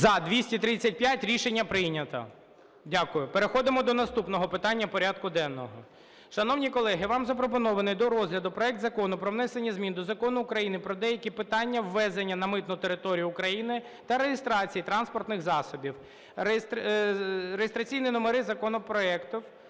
За-235 Рішення прийнято. Дякую. Переходимо до наступного питання порядку денного. Шановні колеги, вам запропонований до розгляду проект Закону про внесення змін до Закону України про деякі питання ввезення на митну територію України та реєстрації транспортних засобів. Реєстраційні номери законопроектів